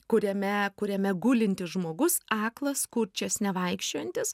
kuriame kuriame gulintis žmogus aklas kurčias nevaikščiojantis